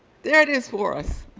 that is worth.